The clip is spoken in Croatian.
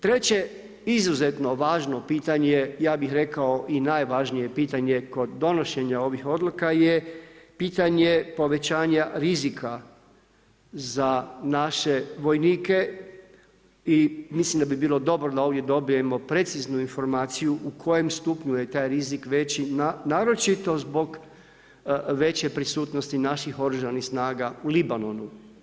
Treće, izuzetno važno pitanje ja bih rekao i najvažnije pitanje kod donošenja ovih odluka, pitanje povećanja rizika za naše vojnike i mislim da bi bilo dobro da ovdje dobijemo preciznu informaciju u kojem stupnju je taj rizik veći, naročito zbog veće prisutnosti naših oružanih snaga u Libanonu.